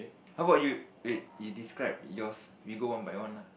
how about you wait you describe yours we go one by one lah